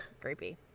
Creepy